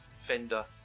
Fender